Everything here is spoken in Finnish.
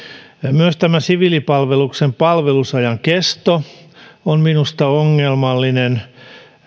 myös tämä siviilipalveluksen palvelusajan kesto on minusta ongelmallinen